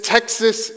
Texas